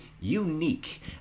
unique